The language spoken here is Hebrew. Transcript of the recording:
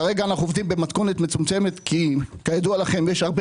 כרגע אנחנו עובדים במתכונת מצומצמת כי כידוע לכם יש הרבה